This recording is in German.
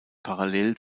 parallel